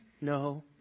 No